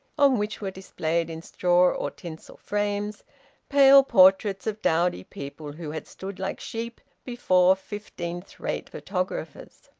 on which were displayed in straw or tinsel frames pale portraits of dowdy people who had stood like sheep before fifteenth-rate photographers.